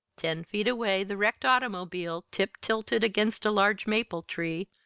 ten feet away the wrecked automobile, tip-tilted against a large maple tree,